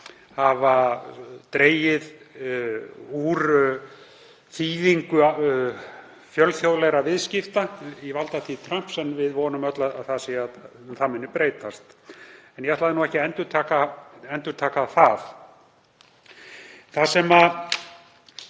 hafa dregið úr þýðingu fjölþjóðlegra viðskipta í valdatíð Trumps en við vonum öll að það muni breytast. En ég ætlaði nú ekki að endurtaka það. Allt er